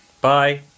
bye